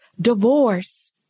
divorce